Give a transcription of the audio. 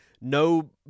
No